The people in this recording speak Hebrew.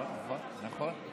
נכון, נכון.